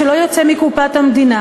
שלא יוצא מקופת המדינה